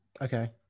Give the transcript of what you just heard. Okay